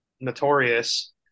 notorious